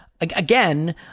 again